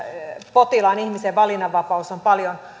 potilaan ihmisen valinnanvapaus on paljon